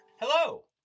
Hello